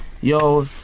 Yo